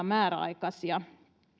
määräaikaisia